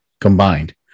combined